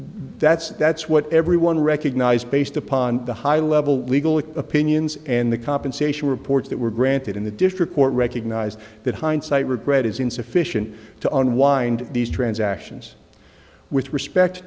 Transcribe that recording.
that's that's what everyone recognized based upon the high level legal opinions and the compensation reports that were granted in the district court recognized that hindsight regret is insufficient to unwind these transactions with respect